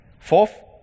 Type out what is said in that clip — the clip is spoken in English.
Fourth